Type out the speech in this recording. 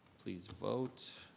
please vote.